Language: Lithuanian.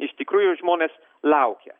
iš tikrųjų žmonės laukia